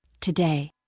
Today